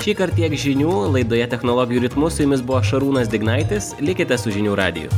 šįkart tiek žinių laidoje technologijų ritmu su jumis buvo šarūnas dignaitis likite su žinių radiju